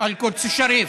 אל-קודס א-שריף,